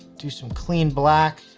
do some clean black,